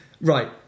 Right